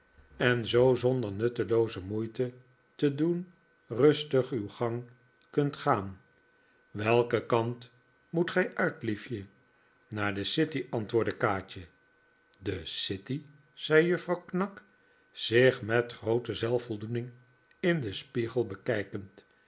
en zoo zonder nuttelooze moeite te doen rustig uw gang kunt gaan welken kant moet gij uit liefje naar de city antwoordde kaatje de city zei juffrouw knag zich met groote zelfvoldoening in den spiegel bekijkend